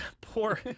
poor